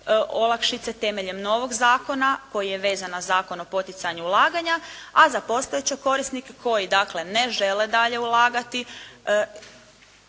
olakšice temeljem novog zakona koji je vezan na Zakon o poticanju ulaganja a za postojeće korisnike koji dakle ne žele dalje ulagati